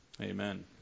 amen